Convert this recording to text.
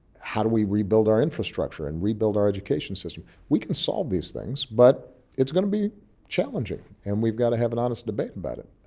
how do we rebuild our infrastructure and rebuild our education system? we can solve these things, but it's going to be challenging. and we've got to have an honest debate about it.